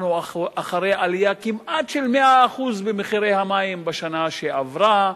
אנחנו אחרי עלייה של כמעט 100% במחירי המים בשנה שעברה.